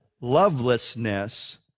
lovelessness